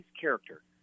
character